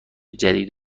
جدید